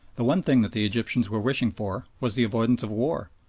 the one thing that the egyptians were wishing for was the avoidance of war.